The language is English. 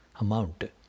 amount